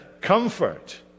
comfort